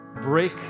break